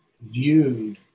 viewed